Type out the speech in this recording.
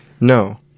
no